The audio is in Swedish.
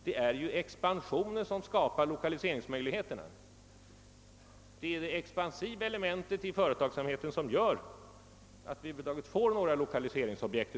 Det är expansionen som skapar lokaliseringsmöjligheterna, det är det expansiva elementet i företagsamheten som gör att vi över huvud taget får några lokaliseringsobjekt.